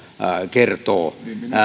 kertoo